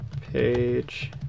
page